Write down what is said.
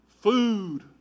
food